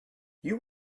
you